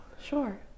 Sure